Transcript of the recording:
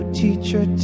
teacher